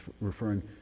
referring